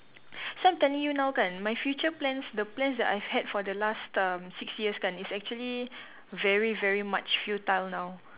so I'm telling you now kan my future plans the plans that I've had for the last um six years kan is actually very very much futile now